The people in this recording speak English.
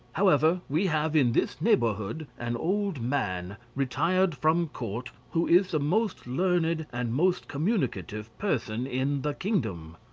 however, we have in this neighbourhood an old man retired from court who is the most learned and most communicative person in the kingdom.